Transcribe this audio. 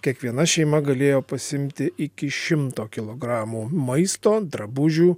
kiekviena šeima galėjo pasiimti iki šimto kilogramų maisto drabužių